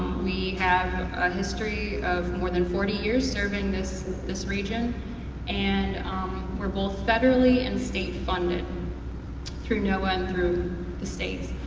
we have a history of more than forty years serving this this region and we're both federally and state funded through noah and through the states.